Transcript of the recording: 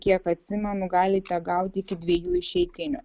kiek atsimenu galite gauti iki dviejų išeitinių